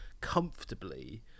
comfortably